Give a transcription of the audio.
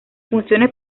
funciones